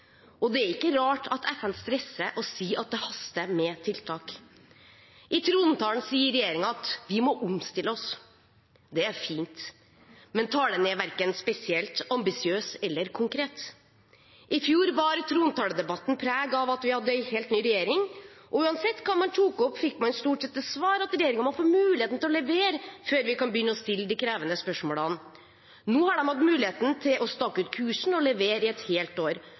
skje! Det er ikke rart at FN stresser og sier at det haster med tiltak. I trontalen sier regjeringen at vi må omstille oss. Det er fint. Men talen er verken spesielt ambisiøs eller konkret. I fjor bar trontaledebatten preg av at vi hadde en helt ny regjering, og uansett hva man tok opp, fikk man stort sett til svar at regjeringen må få muligheten til å levere før vi kan begynne å stille de krevende spørsmålene. Nå har de hatt mulighet til å stake ut kursen og levere i et helt år.